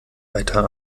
weiter